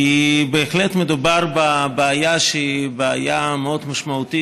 כי בהחלט מדובר בבעיה שהיא מאוד משמעותית,